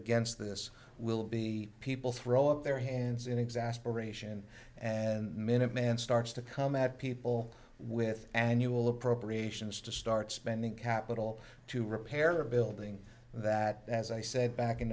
against this will be people throw up their hands and exasperate and and minuteman starts to come at people with annual appropriations to start spending capital to repair a building that as i said back in